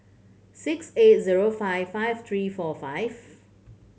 six eight zero five five three four five